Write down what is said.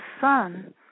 son